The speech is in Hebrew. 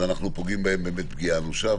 אז אנחנו פוגעים בהם פגיעה אנושה,